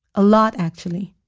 a lot, actually.